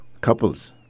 couples